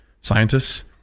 scientists